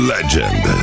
Legend